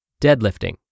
deadlifting